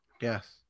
Yes